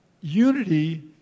unity